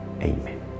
Amen